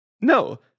no